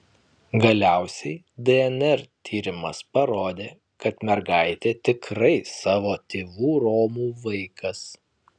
galiausiai dnr tyrimas parodė kad mergaitė tikrai savo tėvų romų vaikas